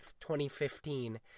2015